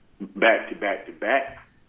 back-to-back-to-back